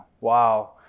Wow